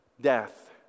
death